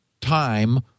time